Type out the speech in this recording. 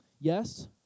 Yes